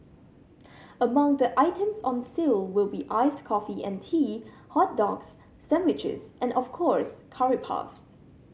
among the items on sale will be iced coffee and tea hot dogs sandwiches and of course curry puffs